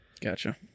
Gotcha